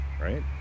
right